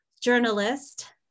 journalist